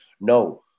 No